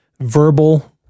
verbal